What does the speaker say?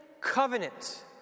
covenant